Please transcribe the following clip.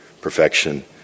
perfection